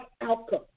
outcome